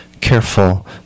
Careful